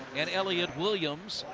and elliot williams,